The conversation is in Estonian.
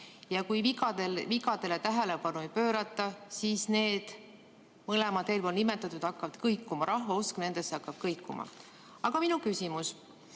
Kui vigadele tähelepanu ei pöörata, siis need mõlemad hakkavad kõikuma. Rahva usk nendesse hakkab kõikuma. Aga minu küsimus